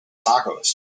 tacos